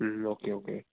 ம் okay okay